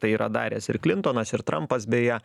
tai yra daręs ir klintonas ir trampas beje